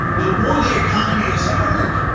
the more the economy is hurt,